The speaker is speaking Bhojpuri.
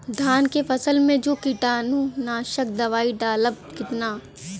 धान के फसल मे जो कीटानु नाशक दवाई डालब कितना?